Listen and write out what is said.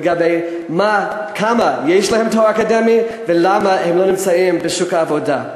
לגבי כמה יש להם תואר אקדמי ולמה הם לא נמצאים בשוק העבודה.